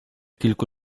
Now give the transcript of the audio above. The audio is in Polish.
kilku